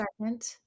second